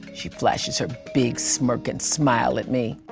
she flashes her big, smirking smile at me.